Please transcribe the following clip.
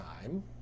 time